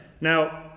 Now